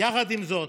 יחד עם זאת,